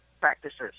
practices